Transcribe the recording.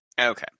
Okay